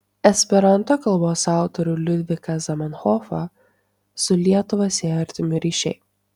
esperanto kalbos autorių liudviką zamenhofą su lietuva siejo artimi ryšiai